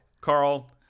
Carl